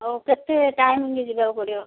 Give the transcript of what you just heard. ହଉ କେତେ ଟାଇମ୍ରେ ଯିବାକୁ ପଡ଼ିବ